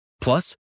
Plus